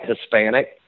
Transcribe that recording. Hispanic